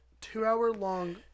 two-hour-long